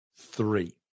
three